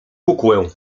kukłę